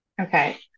Okay